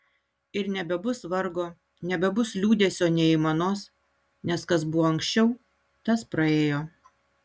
ir nebebus vargo nebebus liūdesio nei aimanos nes kas buvo anksčiau tas praėjo